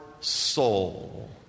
soul